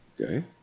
okay